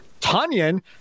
Tanyan